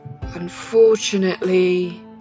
Unfortunately